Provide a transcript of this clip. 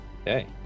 okay